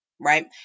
right